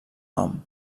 nom